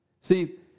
See